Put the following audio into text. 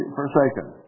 forsaken